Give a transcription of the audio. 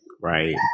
right